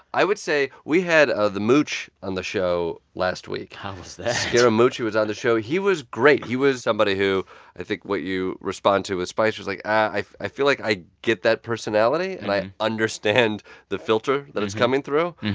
i would say we had ah the mooch on the show last week how was that? scaramucci was on the show. he was great. he was somebody who i think what you respond to with spicer is like, i i feel like i get that personality, and i understand the filter that it's coming through.